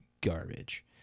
garbage